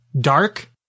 dark